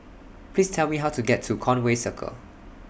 Please Tell Me How to get to Conway Circle